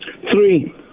Three